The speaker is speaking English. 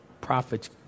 profits